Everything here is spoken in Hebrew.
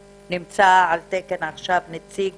ונמצא גם על תקן נציג